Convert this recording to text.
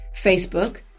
Facebook